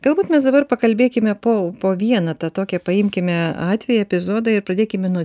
galbūt mes dabar pakalbėkime po po vieną tą tokią paimkime atvejį epizodą ir pradėkime nuo